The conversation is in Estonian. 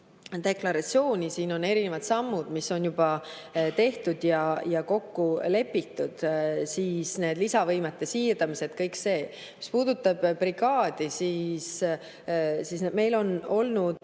deklaratsiooni, siis on erinevad sammud, mis on juba tehtud ja kokku lepitud, need lisavõimete siirdamised – kõik see. Mis puudutab brigaadi, siis meil on olnud